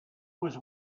was